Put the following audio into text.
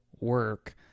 work